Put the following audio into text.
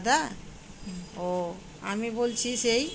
দাদা ও আমি বলছি সেই